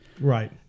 Right